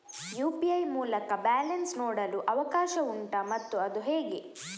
UPI ಮೂಲಕ balance ನೋಡಲು ಅವಕಾಶ ಉಂಟಾ ಮತ್ತು ಅದು ಹೇಗೆ?